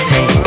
Hey